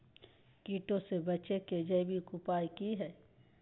कीटों से बचे के जैविक उपाय की हैय?